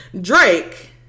drake